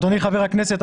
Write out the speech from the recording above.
אדוני חבר הכנסת,